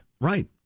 Right